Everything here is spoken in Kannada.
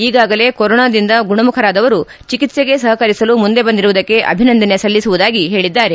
ಈಗಾಗಲೇ ಕೊರೊನಾದಿಂದ ಗುಣಮುಖರಾದವರು ಚಿಕಿತ್ಸೆ ಸಹಕರಿಸಲು ಮುಂದೆ ಬಂದಿರುವುದಕ್ಕೆ ಅಭಿನಂದನೆ ಸಲ್ಲಿಸುವುದಾಗಿ ಹೇಳಿದ್ದಾರೆ